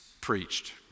preached